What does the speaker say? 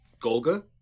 Golga